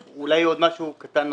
אולי עוד משהו קטן נוסף,